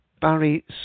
Barry